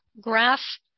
graph